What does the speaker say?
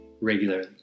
regularly